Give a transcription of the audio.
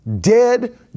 Dead